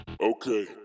Okay